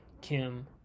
Kim